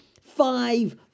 Five